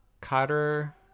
Carter